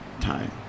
time